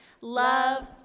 love